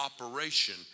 operation